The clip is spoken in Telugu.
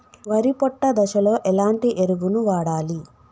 వరి పొట్ట దశలో ఎలాంటి ఎరువును వాడాలి?